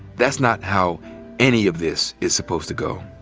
that's not how any of this is supposed to go.